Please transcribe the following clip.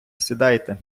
сідайте